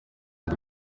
ngo